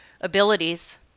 abilities